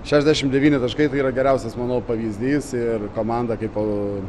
šešiasdešimt devyni taškai tai yra geriausias manau pavyzdys ir komanda kaip o